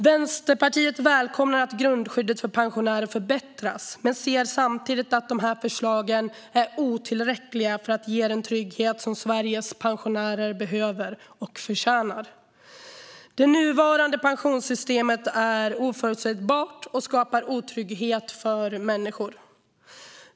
Vänsterpartiet välkomnar att grundskyddet för pensionärer förbättras men ser samtidigt att dessa förslag är otillräckliga för att ge den trygghet som Sveriges pensionärer behöver och förtjänar. Det nuvarande pensionssystemet är oförutsägbart och skapar otrygghet för människor.